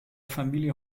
familie